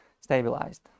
stabilized